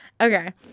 Okay